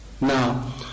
Now